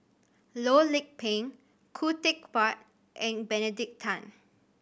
Loh Lik Peng Khoo Teck Puat and Benedict Tan